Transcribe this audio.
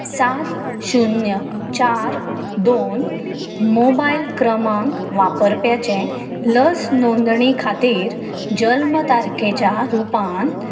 सात शुन्य चार दोन मोबायल क्रमांक वापरप्याचें लस नोंदणी खातीर जल्म तारखेच्या रुपान